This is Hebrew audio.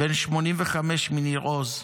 בן 85 מניר עוז,